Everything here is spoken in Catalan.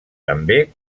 també